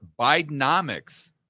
Bidenomics